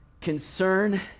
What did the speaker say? concern